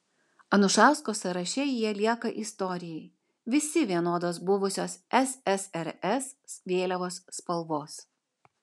anušausko sąraše jie lieka istorijai visi vienodos buvusios ssrs vėliavos spalvos